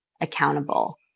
accountable